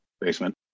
basement